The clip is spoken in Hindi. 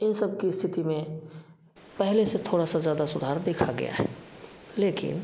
इन सब की स्थिति में पहले से थोड़ा सा ज़्यादा सुधार देखा गया है लेकिन